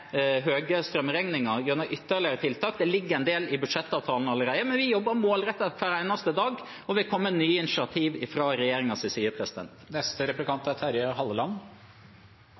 høye strømregninger, gjennom ytterligere tiltak. Det ligger en del i budsjettavtalen allerede, men vi jobber målrettet hver eneste dag og vil komme med nye initiativ fra regjeringens side.